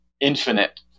infinite